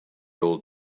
old